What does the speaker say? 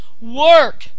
work